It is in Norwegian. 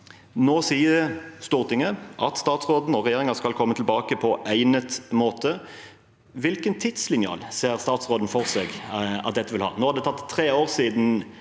Nå sier Stortinget at statsråden og regjeringen skal komme tilbake på egnet måte. Hvilken tidslinje ser statsråden for seg at dette vil ha? Nå er det tre år siden